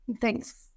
Thanks